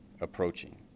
approaching